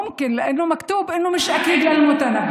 (אומר בערבית: זה לא שיר של אל-מותנבי,